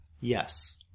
Yes